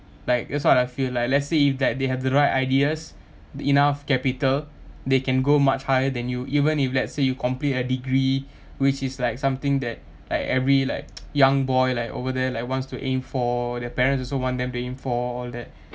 like it's what I feel like let's say if that they have the right ideas the enough capital they can go much higher than you even if let's say you complete a degree which is like something that like every like young boy like over there like wants to aim for their parents also want them to aim for all that